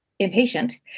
impatient